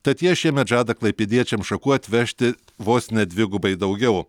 tad jie šiemet žada klaipėdiečiams šakų atvežti vos ne dvigubai daugiau